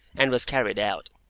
and was carried out.